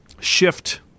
shift